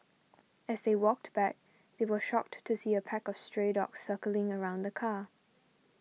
as they walked back they were shocked to see a pack of stray dogs circling around the car